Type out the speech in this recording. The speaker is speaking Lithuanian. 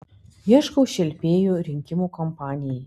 ieškau šelpėjų rinkimų kampanijai